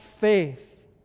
faith